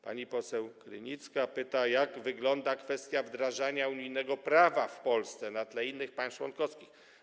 Pani poseł Krynicka pyta, jak wygląda kwestia wdrażania unijnego prawa w Polsce na tle innych państw członkowskich.